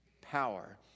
Power